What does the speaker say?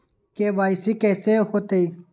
KYC कैसे होतई?